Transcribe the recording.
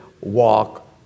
walk